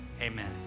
amen